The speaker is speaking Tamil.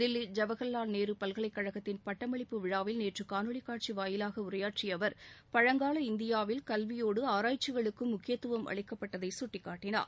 தில்லி ஜவஹர்லால் நேரு பல்கலைக்கழகத்தின் பட்டமளிப்பு விழாவில் நேற்று காணொலி காட்சி வாயிலாக உரையாற்றிய அவர் பழங்கால இந்தியாவில் கல்வியோடு ஆராய்ச்சிகளுக்கும் முக்கியத்துவம் அளிக்கப்பட்டதை சுட்டிக்காட்டினார்